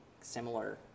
similar